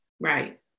right